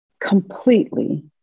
completely